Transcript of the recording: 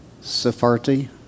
Safarti